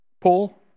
Paul